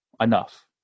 enough